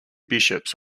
bishops